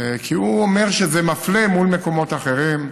כי הוא אומר שזה מפלה מול מקומות אחרים,